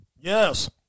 Yes